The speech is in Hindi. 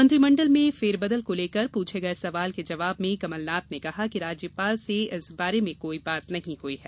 मंत्रिमंडल में फेरबदल को लेकर पूछे गये सवाल के जवाब में कमलनाथ ने कहा कि राज्यपाल से इस बारे में कोई बात नहीं हुई है